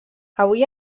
avui